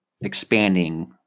expanding